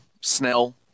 Snell